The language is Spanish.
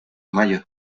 mayo